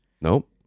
Nope